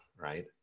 right